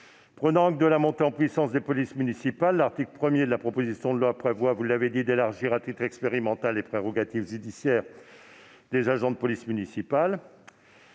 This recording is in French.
Prenant acte de la montée en puissance des polices municipales, l'article 1 de la proposition de loi prévoit d'élargir, à titre expérimental, les prérogatives judiciaires des agents de police municipale